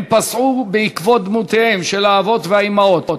הם פסעו בעקבות דמויותיהם של האבות והאימהות,